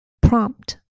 Prompt